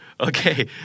Okay